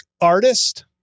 artist